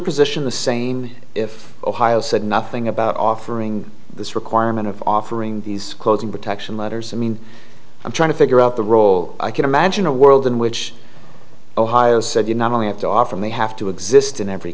position the same if ohio said nothing about offering this requirement of offering these closing protection letters i mean i'm trying to figure out the role i can imagine a world in which ohio said you not only have to offer may have to exist in every